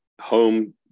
home